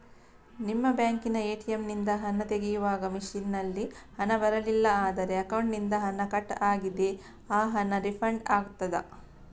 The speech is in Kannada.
ನಿಮ್ಮ ಬ್ಯಾಂಕಿನ ಎ.ಟಿ.ಎಂ ನಿಂದ ಹಣ ತೆಗೆಯುವಾಗ ಮಷೀನ್ ನಲ್ಲಿ ಹಣ ಬರಲಿಲ್ಲ ಆದರೆ ಅಕೌಂಟಿನಿಂದ ಹಣ ಕಟ್ ಆಗಿದೆ ಆ ಹಣ ರೀಫಂಡ್ ಆಗುತ್ತದಾ?